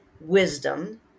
wisdom